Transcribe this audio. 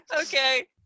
Okay